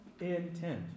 intent